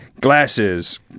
glasses